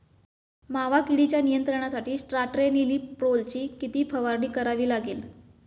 मावा किडीच्या नियंत्रणासाठी स्यान्ट्रेनिलीप्रोलची किती फवारणी करावी लागेल?